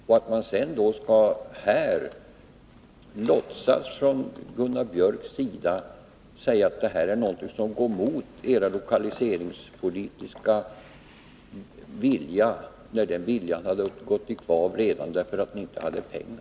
Gunnar Björk i Gävle låtsas nu som om detta vore något som skulle gå emot regeringens lokaliseringspolitiska strävanden. Dessa hade ju gått i kvav redan därför att regeringen inte hade pengar.